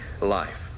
life